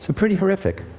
pretty horrific.